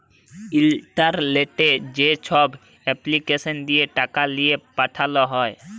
ইলটারলেটে যেছব এপলিকেসল দিঁয়ে টাকা লিঁয়ে পাঠাল হ্যয়